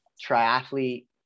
triathlete